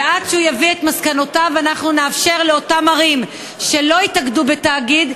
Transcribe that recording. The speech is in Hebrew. ועד שהוא יביא את מסקנותיו אנחנו נאפשר לאותן ערים שלא התאגדו בתאגיד,